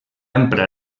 emprar